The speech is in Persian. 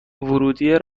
ورودیه